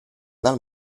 dal